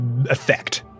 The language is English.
effect